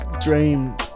dream